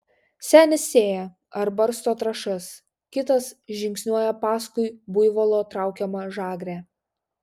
senis sėja ar barsto trąšas kitas žingsniuoja paskui buivolo traukiamą žagrę